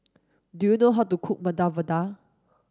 do you know how to cook Medu Vada